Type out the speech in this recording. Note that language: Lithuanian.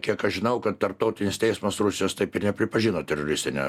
kiek aš žinau kad tarptautinis teismas rusijos taip ir nepripažino teroristine